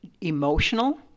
emotional